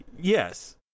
Yes